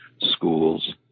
schools